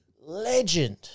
legend